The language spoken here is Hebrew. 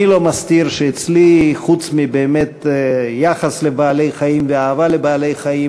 אני לא מסתיר שאצלי חוץ מיחס לבעלי-חיים ואהבה לבעלי-חיים,